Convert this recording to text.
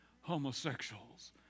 homosexuals